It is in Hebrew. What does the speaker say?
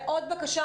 עוד בקשה,